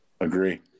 Agree